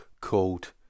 called